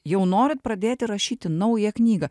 jau norit pradėti rašyti naują knygą